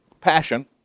passion